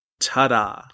ta-da